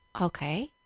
okay